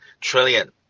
trillion